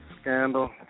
scandal